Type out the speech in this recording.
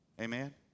Amen